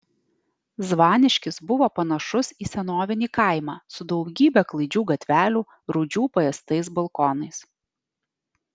zvaniškis buvo panašus į senovinį kaimą su daugybe klaidžių gatvelių rūdžių paėstais balkonais